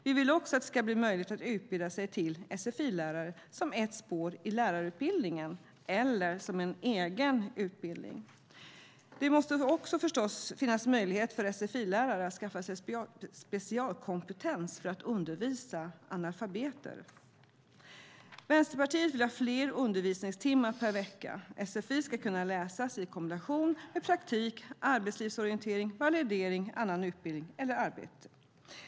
Vi vill också att det ska bli möjligt att utbilda sig till sfi-lärare som ett spår i lärarutbildningen eller på egen utbildning. Det måste förstås också finnas en möjlighet för sfi-lärare att skaffa sig specialkompetens för att undervisa analfabeter. Vänsterpartiet vill ha fler undervisningstimmar per vecka. Sfi ska kunna läsas i kombination med praktik, arbetslivsorientering, validering, annan utbildning eller arbete.